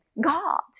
God